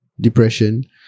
Depression